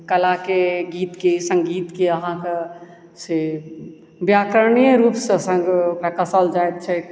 कलाके गीतके सङ्गीतके अहाँके से व्याकरणीय रूपसँ से ओकरा कसल जाइत छैक